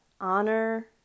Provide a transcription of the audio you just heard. Honor